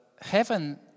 heaven